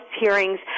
hearings